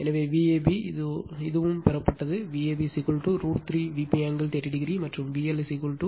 எனவே Vab இதுவும் பெறப்பட்டது Vab √ 3 Vp angle 30o மற்றும் VL √ 3 Vp